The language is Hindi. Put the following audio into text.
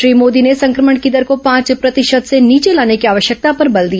श्री मोदी ने संक्रमण की दर को पांच प्रतिशत से नीचे लाने की आवश्यकता पर बल दिया